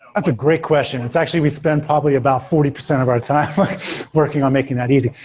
that's a great question. it's actually we spend probably about forty percent of our time working on making that easy.